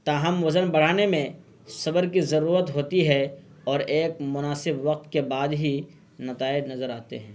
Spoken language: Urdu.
تاہم وزن بڑھانے میں صبر کی ضرورت ہوتی ہے اور ایک مناسب وقت کے بعد ہی نتائج نظر آتے ہیں